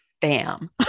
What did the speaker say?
Bam